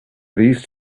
these